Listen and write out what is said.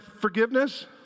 forgiveness